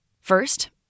First